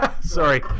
Sorry